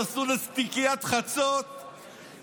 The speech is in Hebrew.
נסעו לסטקיית חצות,